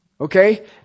Okay